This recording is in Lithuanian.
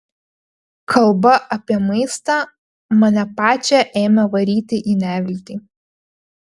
kalba apie maistą mane pačią ėmė varyti į neviltį